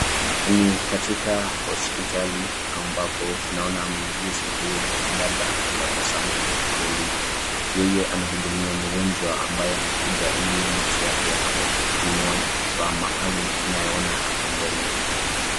Mimi katika hospitali ambapo tunaona mguzi huyu mwanadada ametabasamu kweli kweli. Yeye anahudumia mgonjwa ambaye amekuja ili macho yake yapate kupimwa na kifaa maalum tunayeona hapa mbele.